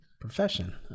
Profession